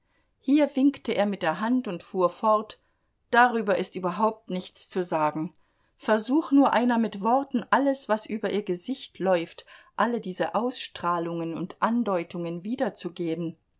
hier winkte er mit der hand und fuhr fort darüber ist überhaupt nichts zu sagen versuch nur einer mit worten alles was über ihr gesicht läuft alle diese ausstrahlungen und andeutungen wiederzugeben